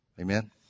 Amen